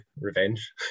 revenge